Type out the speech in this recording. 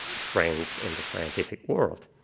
friends in the scientific world.